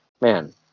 man